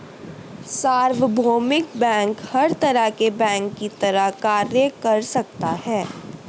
सार्वभौमिक बैंक हर तरह के बैंक की तरह कार्य कर सकता है